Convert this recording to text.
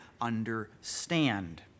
understand